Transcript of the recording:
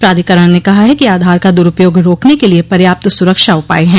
प्राधिकरण ने कहा है कि आधार का दुरूपयोग रोकने के लिए पर्याप्त सुरक्षा उपाय हैं